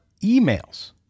emails